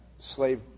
slave